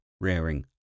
rearing